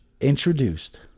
introduced